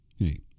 Hey